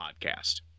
podcast